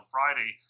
Friday